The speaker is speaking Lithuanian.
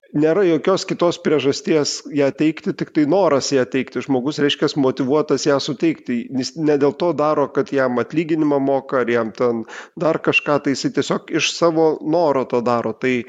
nėra jokios kitos priežasties ją teikti tiktai noras ją teikti žmogus reiškias motyvuotas ją suteikti jis ne dėl to daro kad jam atlyginimą moka ar jam ten dar kažką tai jisai tiesiog iš savo noro tą daro tai